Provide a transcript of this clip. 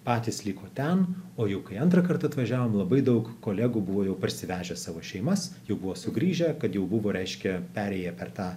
patys liko ten o jau kai antrą kartą atvažiavom labai daug kolegų buvo jau parsivežę savo šeimas jau buvo sugrįžę kad jau buvo reiškia perėję per tą